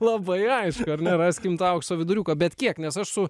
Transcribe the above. labai aišku ar ne raskim tą aukso viduriuką bet kiek nes aš su